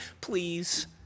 please